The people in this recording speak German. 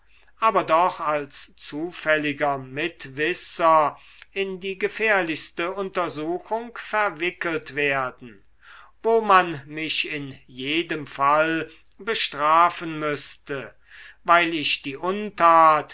aber doch als zufälliger mitwisser in die gefährlichste untersuchung verwickelt werden wo man mich in jedem fall bestrafen müßte weil ich die untat